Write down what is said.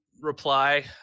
reply